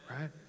right